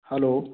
hello